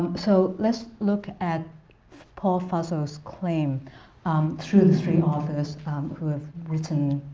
so let's look at paul fussell's claim um through three authors who have written